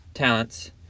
talents